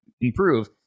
improve